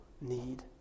need